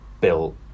built